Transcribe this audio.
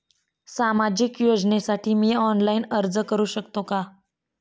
सामाजिक योजनेसाठी मी ऑनलाइन अर्ज करू शकतो का?